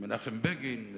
מנחם בגין,